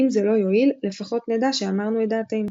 אם זה לא יועיל, לפחות נדע שאמרנו את דעתנו.